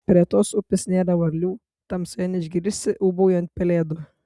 prie tos upės nėra varlių tamsoje neišgirsi ūbaujant pelėdų